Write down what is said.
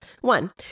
One